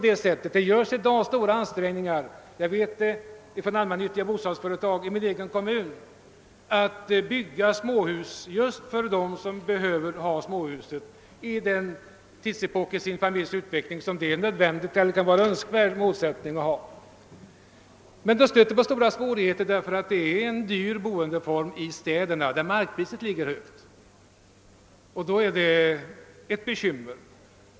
Det görs i dag stora ansträng ningar — jag vet det bl.a. genom ett allmännyttigt bostadsföretag i min hemkommun — att bygga småhus just för dem som behöver ha småhuset under en period av familjens utveckling. Men man stöter på stora svårigheter, ty småhuset är en dyr boendeform i städerna, där markpriset ligger högt.